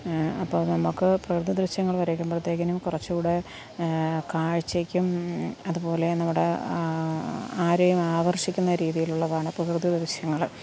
അപ്പോൾ നമുക്ക് പ്രകൃതി ദൃശ്യങ്ങൾ വരയ്ക്കുമ്പോഴ്ത്തേക്കിനും കുറച്ചുകൂടെ കാഴ്ച്ചയ്ക്കും അത്പോലെ നമ്മുടെ ആരെയും ആകർഷിക്കുന്ന രീതിയിലുള്ളതാണ് പ്രകൃതി ദൃശ്യങ്ങൾ